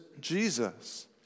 Jesus